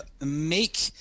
make